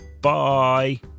bye